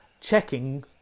checking